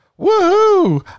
woohoo